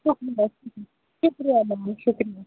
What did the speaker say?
شُکریہ شُکریہ میم شُکریہ